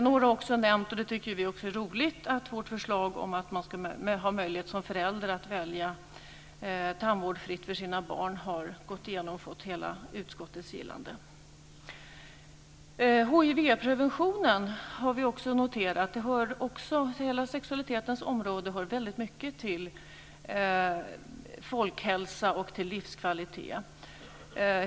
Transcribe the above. Några har också nämnt, och det tycker vi är roligt, att vårt förslag om att man som förälder ska ha möjlighet att välja tandvård fritt för sina barn har gått igenom och fått hela utskottets gillande. Vi har också noterat det här med hivprevention. Hela sexualitetens område hör väldigt mycket ihop med folkhälsa och livskvalitet.